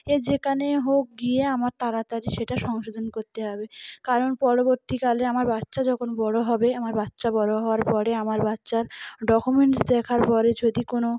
এ যেখানে হোক গিয়ে আমার তাড়াতাড়ি সেটা সংশোধন করতে হবে কারণ পরবর্তীকালে আমার বাচ্চা যখন বড়ো হবে আমার বাচ্চা বড়ো হওয়ার পরে আমার বাচ্চার ডকুমেন্টস দেখার পরে যদি কোনো